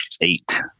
eight